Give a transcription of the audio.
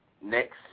next